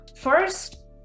First